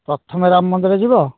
ପ୍ରଥମେ ରାମ ମନ୍ଦିର ଯିବ